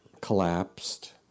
collapsed